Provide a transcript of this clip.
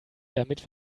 damit